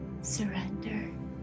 surrender